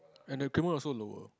and the increment also lower